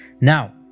Now